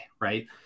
right